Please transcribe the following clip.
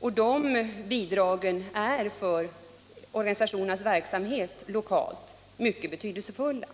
De bidragen är för organisationernas lokala verk = Anslag till skolväsamhet mycket betydelsefulla.